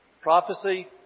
Prophecy